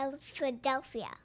Philadelphia